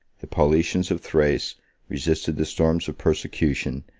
the paulicians of thrace resisted the storms of persecution,